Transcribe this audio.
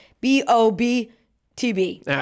B-O-B-T-B